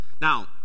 now